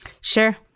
sure